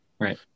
Right